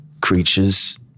Creatures